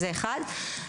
שנית,